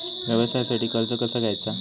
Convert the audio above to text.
व्यवसायासाठी कर्ज कसा घ्यायचा?